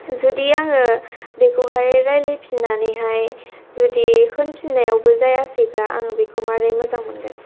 जुदि आङो बिखौहाय रायलाय फिन्नानैहाय जुदि होनफिननायावबो जायासैब्ला आं बिखौ मारै मोजां मोनगोन